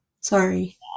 Sorry